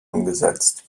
umgesetzt